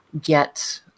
get